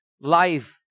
life